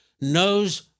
knows